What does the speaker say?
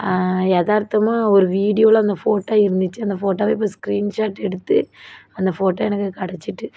எதார்த்தமாக ஒரு வீடியோவில் அந்த ஃபோட்டோ இருந்துச்சு அந்த ஃபோட்டோவை இப்போ ஸ்கிரீன் ஷாட் எடுத்து அந்த ஃபோட்டோ எனக்கு கெடைச்சிட்டு